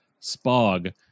SPOG